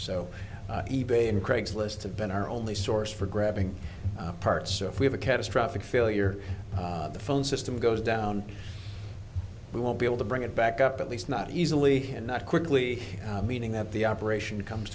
and craigslist have been our only source for grabbing parts so if we have a catastrophic failure the phone system goes down we won't be able to bring it back up at least not easily and not quickly meaning that the operation comes